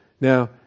Now